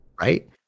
Right